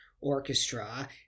Orchestra